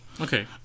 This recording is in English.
okay